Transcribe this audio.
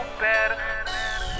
better